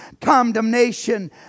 condemnation